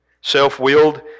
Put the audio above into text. self-willed